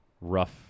rough